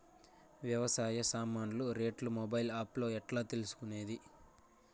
వ్యవసాయ సామాన్లు రేట్లు మొబైల్ ఆప్ లో ఎట్లా తెలుసుకునేది?